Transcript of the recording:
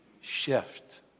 shift